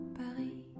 paris